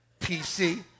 PC